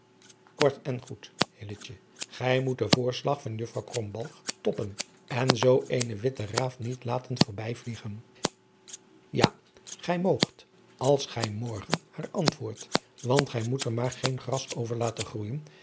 kort en goed hilletje gij moet den voorslag van juffrouw adriaan loosjes pzn het leven van hillegonda buisman krombalg toppen en zoo eene witte raaf niet laten voorbij vliegen ja gij moogt als gij morgen haar antwoordt want gij moet er maar geen gras over laten groeijen